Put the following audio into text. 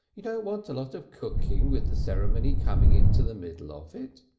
you don't want a lot of cooking with the ceremony coming into the middle of it.